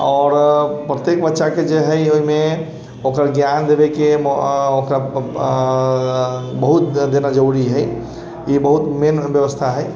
आओर प्रत्येक बच्चाके जे हइ ओहिमे ओकर ज्ञान देबैके ओकरा बहुत देना जरूरी हइ ई बहुत मेन बेबस्था हइ